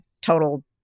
total